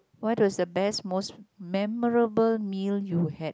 what does the best most memorable meal you had